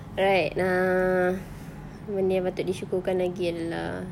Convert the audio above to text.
right err benda yang patut disyukurkan lagi adalah